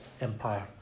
empire